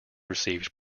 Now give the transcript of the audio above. received